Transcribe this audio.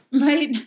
Right